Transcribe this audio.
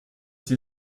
sie